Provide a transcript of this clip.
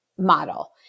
model